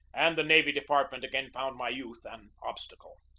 and the navy department again found my youth an ob stacle.